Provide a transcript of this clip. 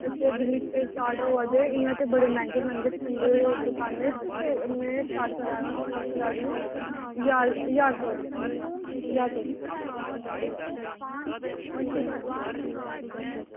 ते गलीचे स्टार्ट होआ दे ते इंया बड़े मैहंगे मैहंगे थ्होंदे दुकानें उप्पर ते में स्टार्ट कराना करानी आं ज्हार रपे कोला